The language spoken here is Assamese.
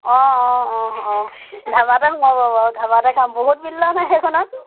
অঁ অঁ অঁ ধাবাতে সোমাব বাৰু ধাবাতে খাম বহুত বিল লয় নহয় সেইখনত